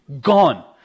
gone